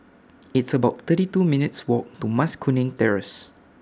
It's about thirty two minutes' Walk to Mas Kuning Terrace